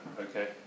Okay